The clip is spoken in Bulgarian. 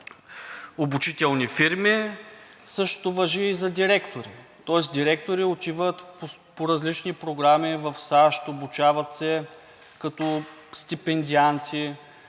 обучителни фирми, същото важи и за директори, тоест директори отиват по различни програми в САЩ, обучават се като стипендианти,